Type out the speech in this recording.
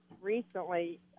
recently